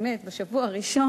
באמת בשבוע הראשון,